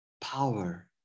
power